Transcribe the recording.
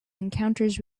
encounters